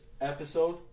episode